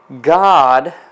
God